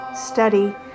study